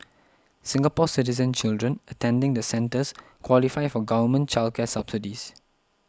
Singapore Citizen children attending the centres qualify for government child care subsidies